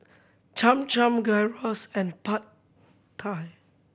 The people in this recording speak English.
Cham Cham Gyros and Pad Thai